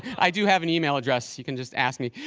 i do have an email address. you can just ask me.